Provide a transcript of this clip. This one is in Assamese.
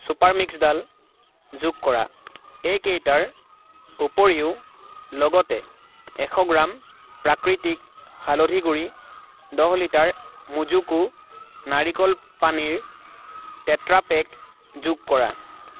চুপাৰ মিক্স ডাল যুগ কৰা এইকেইটাৰ উপৰিও লগতে এশ গ্ৰাম প্ৰাকৃতিক হালধি গুড়ি দহ লিটাৰ মোজোকো নাৰিকল পানীৰ টেট্ৰাপেক যোগ কৰা